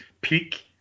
peak